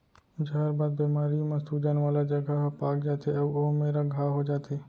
जहरबाद बेमारी म सूजन वाला जघा ह पाक जाथे अउ ओ मेरा घांव हो जाथे